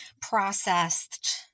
processed